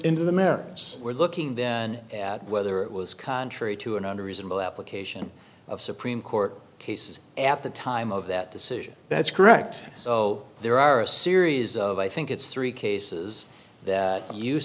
into the merits we're looking then at whether it was contrary to an under reasonable application of supreme court cases at the time of that decision that's correct so there are a series of i think it's three cases that